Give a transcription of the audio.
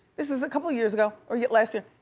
this is a couple years ago, or yeah last and